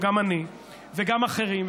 וגם אני וגם אחרים,